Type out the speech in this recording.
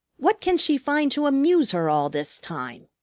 what can she find to amuse her all this time?